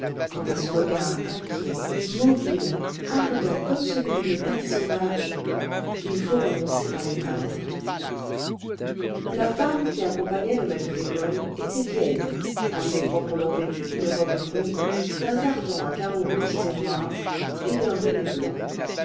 quant à ce regard inquiet mobile ardent comme celui d'une bête sauvage il faut renoncer à les peindre la femme qui accompagnait le maître d'école était vieille assez proprement vêtue d'une robe brune d'un tartan à carreaux rouges et noirs et d'un bonnet blanc